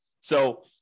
So-